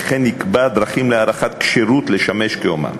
וכן יקבע דרכים להערכת כשירות לשמש כאומן.